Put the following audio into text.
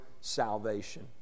salvation